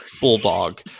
bulldog